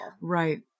Right